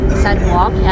sidewalk